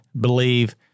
believe